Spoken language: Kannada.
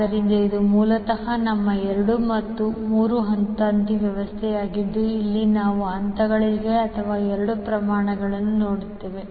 ಆದ್ದರಿಂದ ಇದು ಮೂಲತಃ ನಮ್ಮ 2 ಹಂತ 3 ತಂತಿ ವ್ಯವಸ್ಥೆಯಾಗಿದ್ದು ಅಲ್ಲಿ ನಾವು ಹಂತಗಳನ್ನು ಅಥವಾ 2 ಪ್ರಮಾಣವನ್ನು ನೋಡುತ್ತೇವೆ